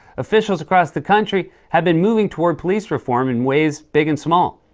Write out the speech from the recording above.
officials across the country have been moving toward police reform in ways big and small.